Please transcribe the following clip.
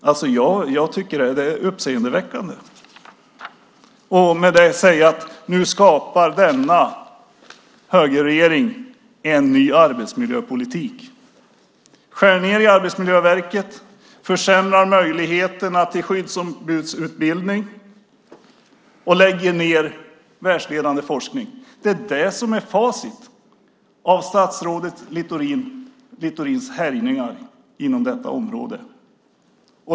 Jag tycker att det är uppseendeväckande att med detta säga att nu skapar denna högerregering en ny arbetsmiljöpolitik. Man skär ned i Arbetsmiljöverket, försämrar möjligheterna till skyddsombudsutbildning och lägger ned världsledande forskning. Det är facit av statsrådet Littorins härjningar inom detta område.